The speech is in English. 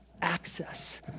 access